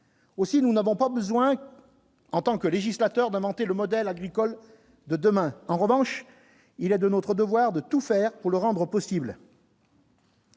aussi, nous n'avons pas besoin en tant que législateur d'inventer le modèle agricole de demain, en revanche, il est de notre devoir de tout faire pour le rendre possible.